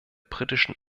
britischen